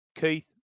Keith